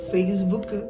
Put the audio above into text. Facebook